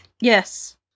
Yes